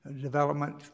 development